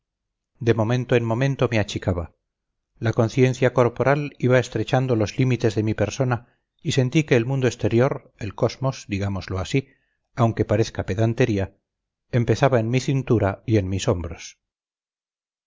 de momento en momento me achicaba la conciencia corporal iba estrechando los límites de mi persona y sentí que el mundo exterior el cosmos digámoslo así aunque parezca pedantería empezaba en mi cintura y en mis hombros